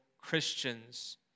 Christians